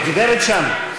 הגברת שם.